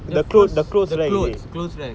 the first the clothes clothes right